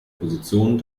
position